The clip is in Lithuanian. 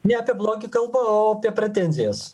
ne apie blogį kalba o apie pretenzijas